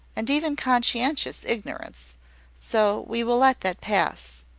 and even conscientious ignorance so we will let that pass.